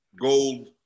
gold